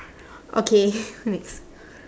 okay next